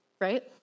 right